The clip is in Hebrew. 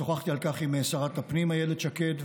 שוחחתי על כך עם שרת הפנים אילת שקד.